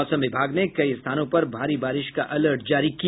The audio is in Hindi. मौसम विभाग ने कई स्थानों पर भारी बारिश का अलर्ट जारी किया